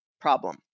problem